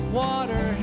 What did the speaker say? water